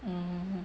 oh